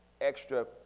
extra